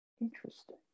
Interesting